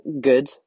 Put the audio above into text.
good